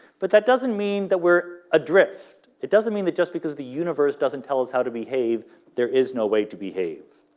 but that doesn't mean that we're adrift it doesn't mean that just because the universe doesn't tell us how to behave there is no way to behave